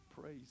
Praise